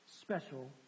special